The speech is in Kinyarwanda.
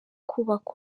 kubaka